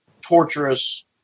torturous